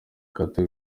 kate